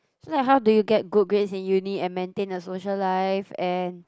so like how do you get good grades in uni and maintain a social life and